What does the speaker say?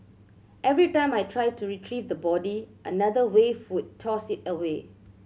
every time I tried to retrieve the body another wave would toss it away